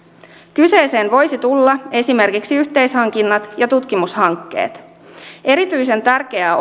kyseeseen voisivat tulla esimerkiksi yhteishankinnat ja tutkimushankkeet erityisen tärkeää